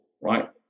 right